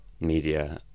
media